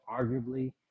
arguably